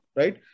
right